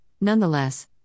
nonetheless